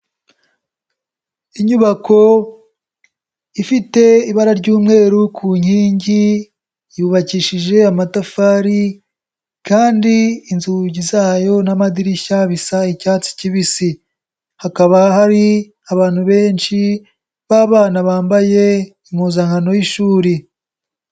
Inyubako ifite ibara ry'umweru ku nkingi yubakishije amatafari kandi inzugi zayo n'amadirishya bisa icyatsi kibisi, hakaba hari abantu benshi b'abana bambaye impuzankano y'ishuri.